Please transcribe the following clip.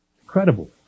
Incredible